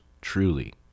truly